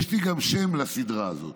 יש לי גם שם לסדרה הזאת.